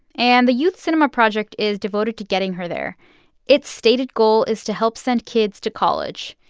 and the youth cinema project is devoted to getting her there its stated goal is to help send kids to college.